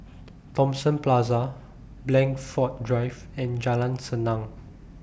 Thomson Plaza Blandford Drive and Jalan Senang